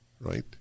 Right